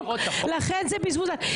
לכן זה בזבוז זמן.